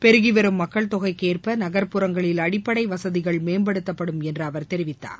பெருகி வரும் மக்கள் தொகைக்கு ஏற்ப நகர்புறங்களில் அடிப்படை வசதிகளை மேம்படுத்தப்படும் என்று அவர் தெரிவித்தார்